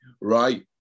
right